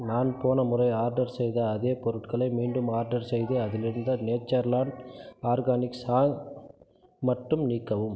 நான் போன முறை ஆர்டர் செய்த அதே பொருட்களை மீண்டும் ஆர்டர் செய்து அதிலிருந்த நேச்சர் லாண்ட் ஆர்கானிக்ஸ் சாக் மட்டும் நீக்கவும்